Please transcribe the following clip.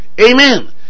Amen